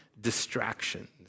distractions